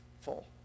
full